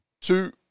two